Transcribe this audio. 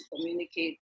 communicate